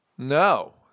No